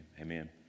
amen